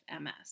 MS